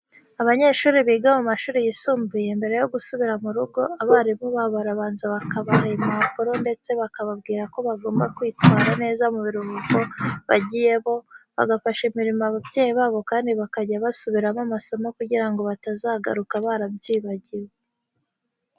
Abanyeshuri biga mu mashuri yisumbuye mbere yo gusubira mu rugo, abarimu babo barabanza bakabaha impanuro ndetse bakababwira ko bagomba kwitwara neza mu biruhuko bagiyemo, bagafasha imirimo ababyeyi babo kandi bakajya basubiramo amasomo kugira ngo batazagaruka barayibagiwe.